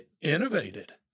innovated